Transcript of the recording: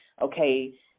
okay